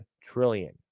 trillion